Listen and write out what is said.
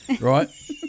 Right